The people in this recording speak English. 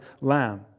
lamb